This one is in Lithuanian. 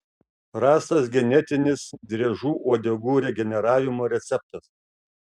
rastas genetinis driežų uodegų regeneravimo receptas